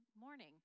morning